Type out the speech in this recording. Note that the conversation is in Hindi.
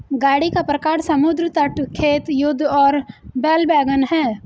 गाड़ी का प्रकार समुद्र तट, खेत, युद्ध और बैल वैगन है